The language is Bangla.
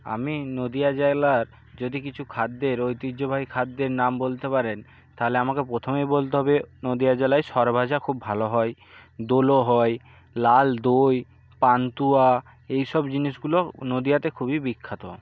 আমি নদীয়া জেলার যদি কিছু খাদ্যের ঐতিহ্যবাহী খাদ্যের নাম বলতে পারেন তাহলে আমাকে প্রথমেই বলতে হবে নদীয়া জেলায় স্বর ভাজা খুব ভালো হয় দোলো হয় লাল দই পান্তুয়া এই সব জিনিসগুলো নদীয়াতে খুবই বিখ্যাত